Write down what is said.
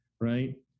right